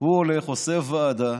הוא הולך, עושה ועדה,